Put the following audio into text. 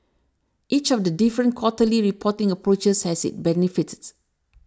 each of the different quarterly reporting approaches has its benefits